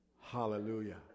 Hallelujah